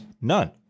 None